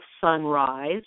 sunrise